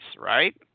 right